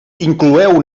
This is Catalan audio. incloeu